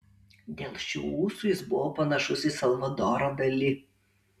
dėl šių ūsų jis buvo panašus į salvadorą dali